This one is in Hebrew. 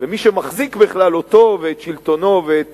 ומי שמחזיק בכלל אותו ואת שלטונו ואת